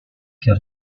que